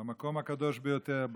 במקום הקדוש ביותר,